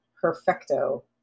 perfecto